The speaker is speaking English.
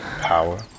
power